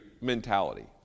mentality